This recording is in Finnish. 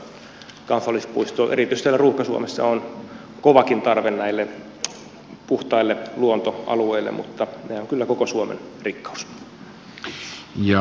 erityisesti täällä ruuhka suomessa on kovakin tarve näille puhtaille luontoalueille mutta nämä ovat kyllä koko suomen rikkaus